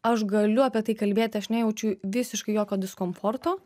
aš galiu apie tai kalbėt aš nejaučiu visiškai jokio diskomforto